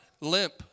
limp